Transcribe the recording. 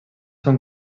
són